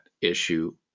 issue